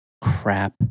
crap